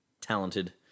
talented